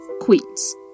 Queens